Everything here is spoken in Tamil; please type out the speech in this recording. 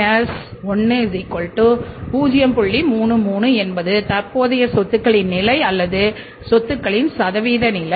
33 என்பது தற்போதைய சொத்துகளின் நிலை அல்லது சொத்துகளின் சதவீத நிலை